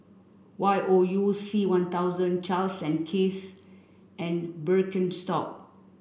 Y O U C One thousand Charles and Keith and Birkenstock